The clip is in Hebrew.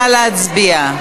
נא להצביע.